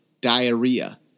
diarrhea